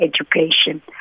education